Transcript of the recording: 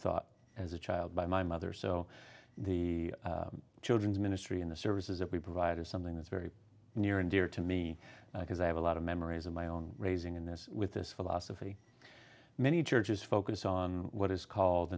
thought as a child by my mother so the children's ministry and the services that we provide is something that's very near and dear to me because i have a lot of memories of my own raising in this with this philosophy many churches focus on what is called